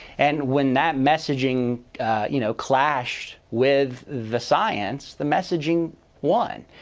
and when that messaging you know clashed with the science, the messaging won.